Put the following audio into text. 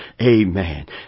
Amen